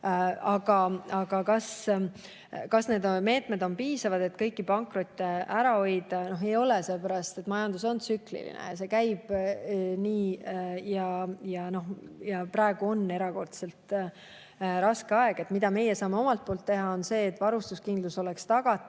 Aga kas need meetmed on piisavad, et kõiki pankrotte ära hoida? Ei ole, sellepärast et majandus on tsükliline, see käib nii. Praegu on erakordselt raske aeg. Mida meie saame omalt poolt teha? Saame vaadata, et varustuskindlus oleks tagatud.